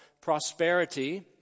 prosperity